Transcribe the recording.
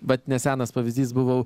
vat nesenas pavyzdys buvau